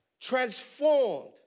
transformed